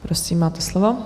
Prosím, máte slovo.